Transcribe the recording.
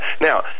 Now